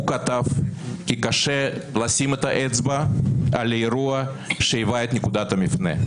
הוא כתב כי קשה לשים את האצבע על אירוע שהיווה את נקודת המפנה.